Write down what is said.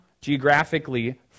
geographically